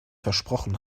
versprochen